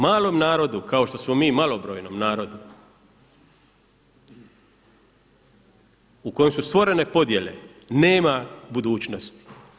Malom narodu kao što smo mi malobrojnom narodu u kojem su stvorene podjele nema budućnosti.